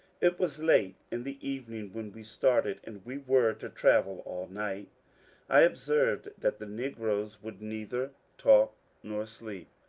it was late in the evening when we started, and we were to travel all night i observed that the negroes would neither talk nor sleep.